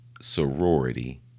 Sorority